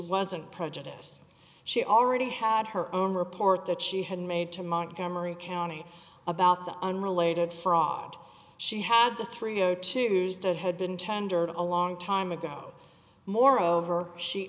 wasn't prejudice she already had her own report that she had made to montgomery county about the unrelated fraud she had the thing go to that had been tendered a long time ago moreover she